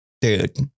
dude